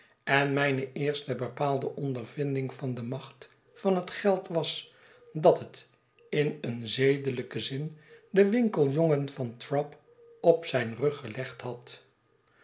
en mijne eerste bepaalde ondervinding van de macht van het geld was dat het in een zedelijken zin den winkeljongen van trabb op zijn rug gelegd had